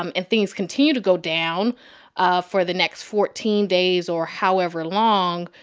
um and things continue to go down ah for the next fourteen days or however long,